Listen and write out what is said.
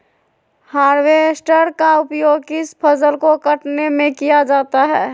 Harvester का उपयोग किस फसल को कटने में किया जाता है?